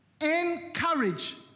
Encourage